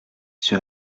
sur